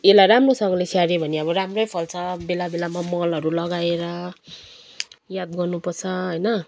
यसलाई राम्रोसँगले स्याहाऱ्यो भने अब राम्रै फल्छ बेला बेलामा मलहरू लगाएर याद गर्नुपर्छ होइन